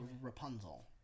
Rapunzel